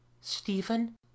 Stephen